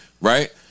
Right